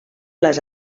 les